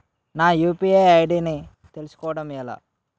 నా UPI ID ని తెలుసుకోవడం ఎలా?